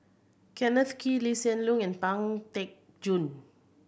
Kenneth Kee Lee Hsien Loong and Pang Teck Joon